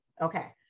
Okay